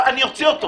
אני אוציא אותו.